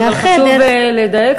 אבל חשוב לדייק,